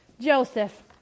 Joseph